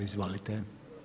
Izvolite.